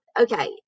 okay